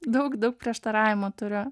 daug daug prieštaravimų turiu